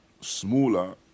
smaller